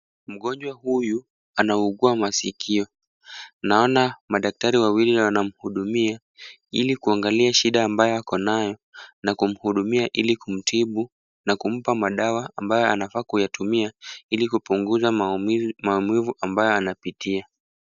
Mgonjwa huyu anaugua masikio. Naona madaktari wawili wanamhudumia ili kuangalia shida ambayo ako nayo na kumhudumia ili kumtibu na kumpa madawa ambayo anafaa kuyatumia ili kupunguza maumivu ambayo anapitia.